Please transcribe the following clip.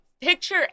picture